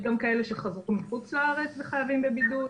וגם כאלה שחזרו מחוץ לארץ וחייבים בבידוד,